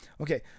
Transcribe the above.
Okay